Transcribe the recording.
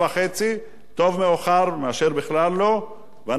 טוב מאוחר מאשר בכלל לא, ואנחנו נתמוך בהצעת החוק.